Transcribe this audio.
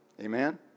Amen